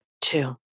Two